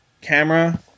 camera